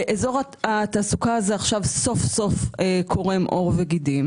אזור התעסוקה הזה עכשיו סוף סוף קורם עור וגידים